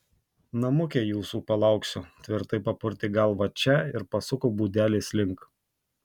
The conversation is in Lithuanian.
namuke jūsų palauksiu tvirtai papurtė galvą če ir pasuko būdelės link